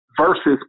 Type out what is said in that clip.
versus